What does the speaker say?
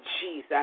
Jesus